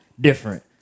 different